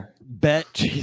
Bet